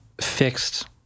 fixed